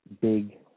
big